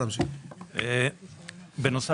שנמרוד אמר: